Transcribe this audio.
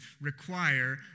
require